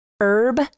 herb